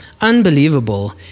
Unbelievable